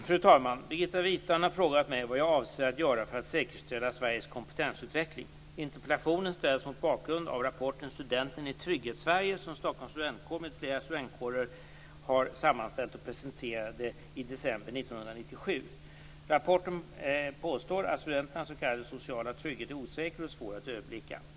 Fru talman! Birgitta Wistrand har frågat mig vad jag avser att göra för att säkerställa Sveriges kompetensutveckling. Interpellationen ställs mot bakgrund av rapporten Studenten i Trygghetssverige som Stockholms studentkår m.fl. studentkårer har sammanställt och presenterade i december 1997. Rapporten påstår att studenternas s.k. sociala trygghet är osäker och svår att överblicka.